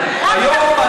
היום.